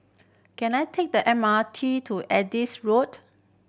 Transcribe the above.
can I take the M R T to Adis Road